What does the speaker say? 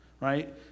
right